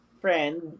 friend